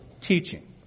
teaching